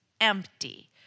empty